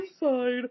inside